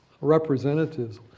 representatives